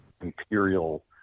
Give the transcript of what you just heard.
imperial